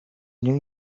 new